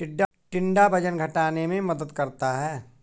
टिंडा वजन घटाने में मदद करता है